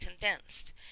condensed